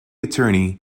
attorney